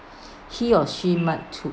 he and she might do